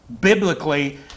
biblically